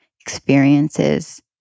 experiences